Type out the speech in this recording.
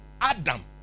Adam